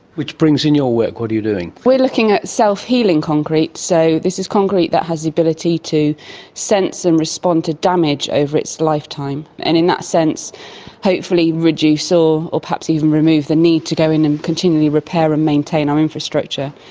which brings in your work. what are you doing? we are looking at self-healing concrete. so this is concrete that has the ability to sense and respond to damage over its lifetime, and in that sense hopefully reduce so or or perhaps even remove the need to go in and continually repair and maintain our infrastructure,